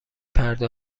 پرده